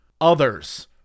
others